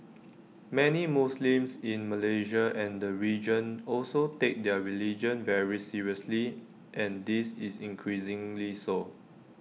many Muslims in Malaysia and the region also take their religion very seriously and this is increasingly so